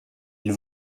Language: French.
ils